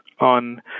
on